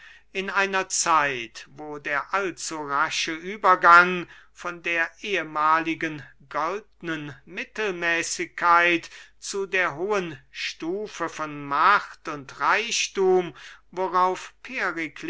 in einer zeit wo der allzu rasche übergang von der ehmahligen goldnen mittelmäßigkeit zu der hohen stufe von macht und reichthum worauf